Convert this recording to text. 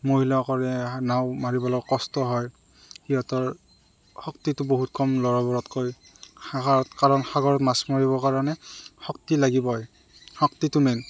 মহিলাসকলে নাও মাৰিব অলপ কষ্ট হয় সিহঁতৰ শক্তিটো বহুত কম ল'ৰাবোৰতকৈ সাগ কাৰণ সাগৰত মাছ মাৰিবৰ কাৰণে শক্তি লাগিবই শক্তিটো মেইন